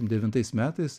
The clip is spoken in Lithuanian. devintais metais